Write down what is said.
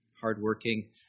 hardworking